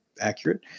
accurate